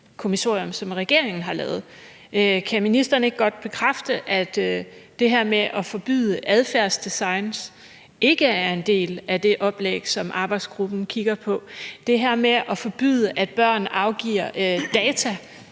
kommissorium, som regeringen har lavet. Kan ministeren ikke godt bekræfte, at det her med at forbyde adfærdsdesign ikke er en del af det oplæg, som arbejdsgruppen kigger på, og at det her med at forbyde, at børn afgiver data,